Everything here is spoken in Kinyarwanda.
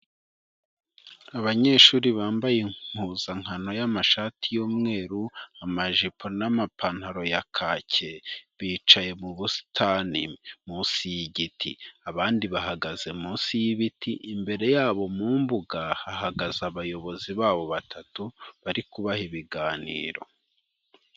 Abanyeshuri bambaye impuzankano y'amashati y'umweru, amajipo n'amapantaro ya kake, bicaye mu busitani munsi y'igiti, abandi bahagaze munsi y'ibiti, imbere yabo mu mbuga hahagaze abayobozi babo batatu bari kubaha ibiganiro.